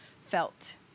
felt